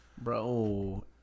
bro